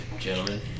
gentlemen